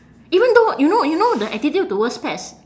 even though you know you know the attitude towards pets